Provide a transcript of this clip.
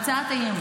הסיעה.